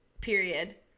period